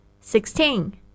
Sixteen